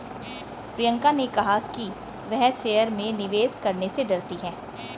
प्रियंका ने कहा कि वह शेयर में निवेश करने से डरती है